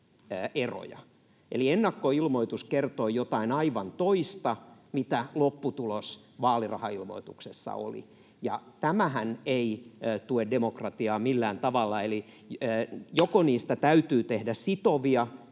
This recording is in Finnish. Eli ennakkoilmoitus kertoi jotain aivan toista kuin mikä lopputulos vaalirahailmoituksessa oli. Tämähän ei tue demokratiaa millään tavalla, eli joko niistä täytyy tehdä sitovia ja